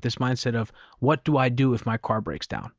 this mindset of what do i do if my car breaks down?